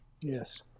Yes